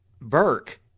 Burke